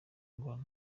ngo